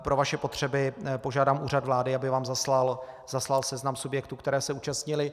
Pro vaše potřeby požádám Úřad vlády, aby vám zaslal seznam subjektů, které se účastnily.